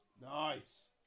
Nice